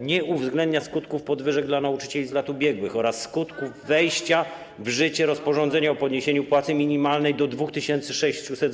nie uwzględnia skutków podwyżek dla nauczycieli z lat ubiegłych oraz skutków wejścia w życie rozporządzenia o podniesieniu płacy minimalnej do 2600 zł.